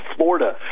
Florida